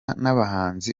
n’abahanzi